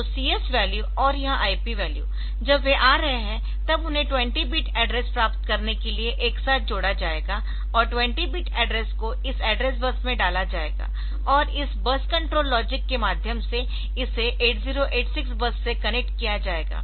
तो CS value और यह IP वैल्यू जब वे आ रहे है तब उन्हें 20 बिट एड्रेस प्राप्त करने के लिए एक साथ जोड़ा जाएगा और 20 बिट एड्रेस को इस एड्रेस बस में डाला जाएगा और इस बस कंट्रोल लॉजिक के माध्यम से इसे 8086 बस से कनेक्ट किया जाएगा